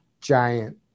giant